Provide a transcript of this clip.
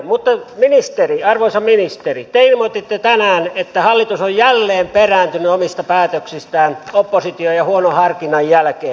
mutta arvoisa ministeri te ilmoititte tänään että hallitus on jälleen perääntynyt omista päätöksistään opposition ja huonon harkinnan jälkeen